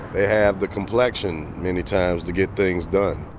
they have the complexion, many times, to get things done